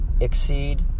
exceed